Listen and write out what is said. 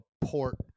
port